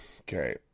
Okay